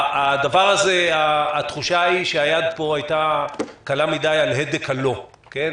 התחושה היא שהיד הייתה קלה מדי על הדק ה"לא", כן?